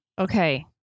Okay